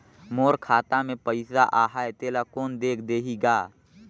मोर खाता मे पइसा आहाय तेला कोन देख देही गा?